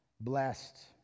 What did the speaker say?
blessed